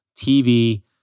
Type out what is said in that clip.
TV